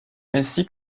ainsi